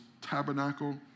tabernacle